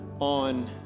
on